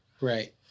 Right